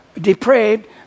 depraved